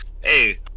hey